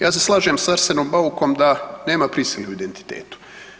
Ja se slažem s Arsenom Baukom da nema prisile o identitetu.